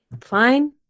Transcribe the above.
fine